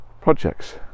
projects